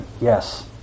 yes